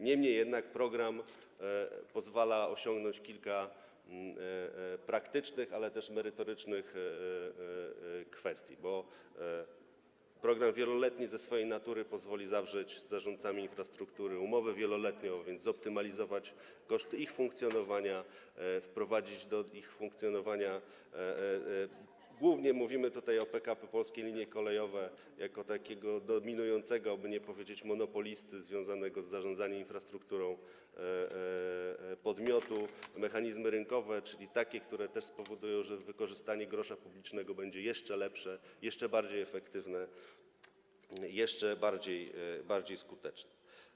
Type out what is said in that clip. Niemniej jednak program pozwala osiągnąć kilka praktycznych, ale też merytorycznych celów, bo program wieloletni ze swojej natury pozwoli zawrzeć z zarządcami infrastruktury umowę wieloletnią, a więc zoptymalizować koszty ich funkcjonowania, wprowadzić do ich funkcjonowania - głównie mówimy tutaj o PKP Polskie Linie Kolejowe jako takim dominującym podmiocie, by nie powiedzieć: monopoliście, związanym z zarządzaniem infrastrukturą - mechanizmy rynkowe, czyli takie mechanizmy, które też spowodują, że wykorzystanie grosza publicznego będzie jeszcze lepsze, jeszcze bardziej efektywne, jeszcze bardziej skuteczne.